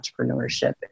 entrepreneurship